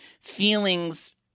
feelings